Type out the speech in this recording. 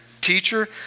teacher